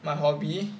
my hobby